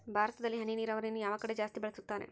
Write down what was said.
ಭಾರತದಲ್ಲಿ ಹನಿ ನೇರಾವರಿಯನ್ನು ಯಾವ ಕಡೆ ಜಾಸ್ತಿ ಬಳಸುತ್ತಾರೆ?